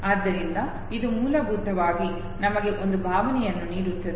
ಆದ್ದರಿಂದ ಇದು ಮೂಲಭೂತವಾಗಿ ನಮಗೆ ಒಂದು ಭಾವನೆಯನ್ನು ನೀಡುತ್ತದೆ